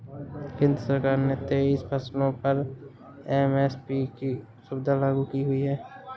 केंद्र सरकार ने तेईस फसलों पर एम.एस.पी की सुविधा लागू की हुई है